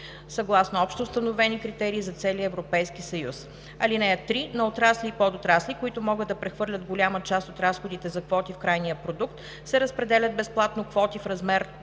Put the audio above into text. съгласно общо установени критерии за целия Европейския съюз. (3) На отрасли и подотрасли, които могат да прехвърлят голяма част от разходите за квоти в крайния продукт, се разпределят безплатно квоти в размер